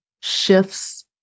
shifts